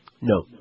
No